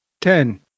ten